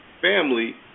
family